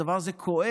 הדבר הזה כואב.